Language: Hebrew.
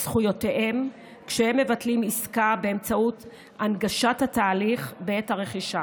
זכויותיהם כשהם מבטלים עסקה באמצעות הנגשת התהליך בעת הרכישה.